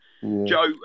Joe